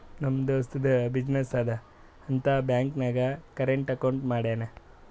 ನಮ್ ದೋಸ್ತದು ಬಿಸಿನ್ನೆಸ್ ಅದಾ ಅಂತ್ ಬ್ಯಾಂಕ್ ನಾಗ್ ಕರೆಂಟ್ ಅಕೌಂಟ್ ಮಾಡ್ಯಾನ್